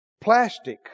plastic